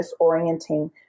disorienting